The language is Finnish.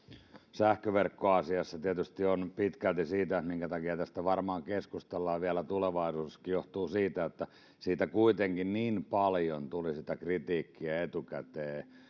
sähköverkkoasiassa pitkälti se minkä takia tästä varmaan keskustellaan vielä tulevaisuudessakin johtuu siitä että siitä kuitenkin niin paljon tuli sitä kritiikkiä etukäteen